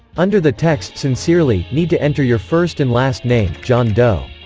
under the text sincerely, need to enter your first and last name john doe